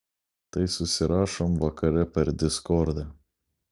tai susirašom vakare per diskordą